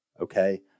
Okay